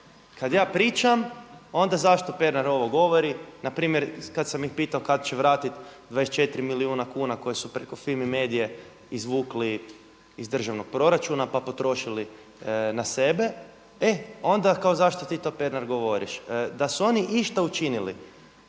kad ja pričam onda zašto ovo Pernar govori. Na primjer, kad sam ih pitao kad će vratiti 24 milijuna kuna koje su preko FIMI Medie izvukli iz državnog proračuna, pa potrošili na sebe, e onda kao zašto ti to Pernar govoriš. Da su oni išta učinili